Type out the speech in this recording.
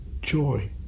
joy